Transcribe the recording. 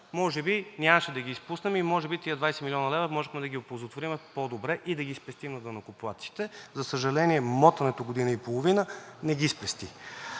Може би нямаше да ги изпуснем и може би тези 20 млн. лв. можехме да ги оползотворим по-добре и да ги спестим на данъкоплатците. За съжаление, мотането година и половина не ги спести.